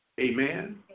Amen